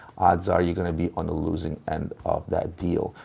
odds are you're gonna be on the losing end of that deal.